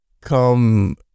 come